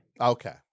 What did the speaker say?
Okay